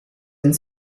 and